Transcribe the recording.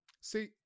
See